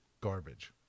garbage